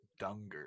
Dunger